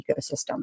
ecosystem